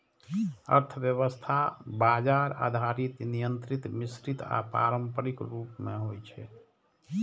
अर्थव्यवस्था बाजार आधारित, नियंत्रित, मिश्रित आ पारंपरिक रूप मे होइ छै